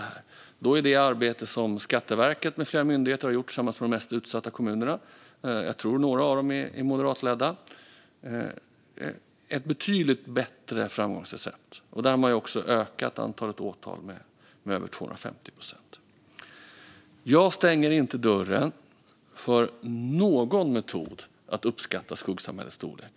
Ett betydligt bättre framgångsrecept är det arbete som Skatteverket med flera myndigheter har gjort tillsammans med de mest utsatta kommunerna. Jag tror att några av dem är moderatledda. Genom detta har man som sagt ökat antalet åtal med över 250 procent. Jag stänger inte dörren för någon metod att uppskatta skuggsamhällets storlek.